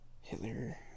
Hitler